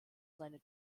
seiner